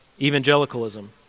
evangelicalism